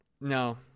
No